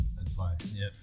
advice